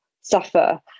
suffer